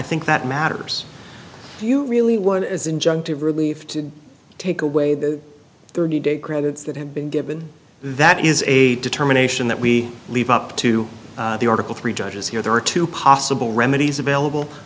think that matters if you really would as injunctive relief to take away the thirty day credits that have been given that is a determination that we leave up to the article three judges here there are two possible remedies available